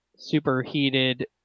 superheated